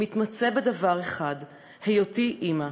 מתמצה בדבר אחד: היותי אימא.